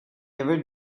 ever